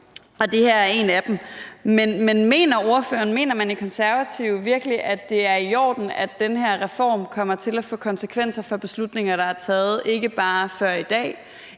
mener ordføreren og Konservative virkelig, at det er i orden, at den her reform kommer til at få konsekvenser for beslutninger, der er taget, ikke bare før i dag,